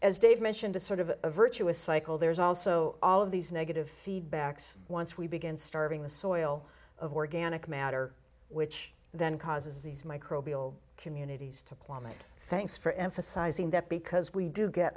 as dave mentioned a sort of a virtuous cycle there's also all of these negative feedbacks once we begin starving the soil of organic matter which then causes these microbial communities to plummy thanks for emphasizing that because we